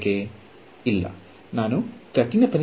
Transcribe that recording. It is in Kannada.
ಸಿಂಪ್ಸನ್ ನಿಯಮ ಅದು ಏನು ಮಾಡಿದೆ